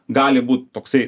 gali būt toksai